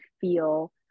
feel